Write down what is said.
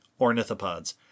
ornithopods